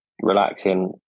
relaxing